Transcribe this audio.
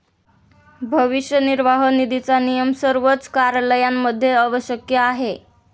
भविष्य निर्वाह निधीचा नियम सर्वच कार्यालयांमध्ये आवश्यक आहे